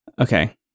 Okay